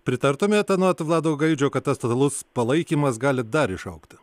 pritartumėt anot vlado gaidžio kad tas totalus palaikymas gali dar išaugti